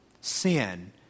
Sin